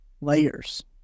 Layers